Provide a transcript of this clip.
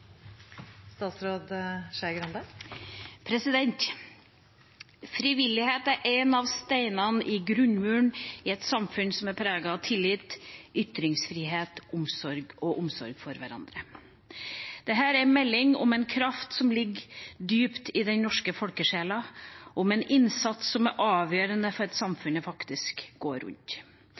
av tillit, ytringsfrihet og omsorg for hverandre. Dette er en melding om en kraft som ligger dypt i den norske folkesjela, og om en innsats som er avgjørende for at samfunnet faktisk går rundt.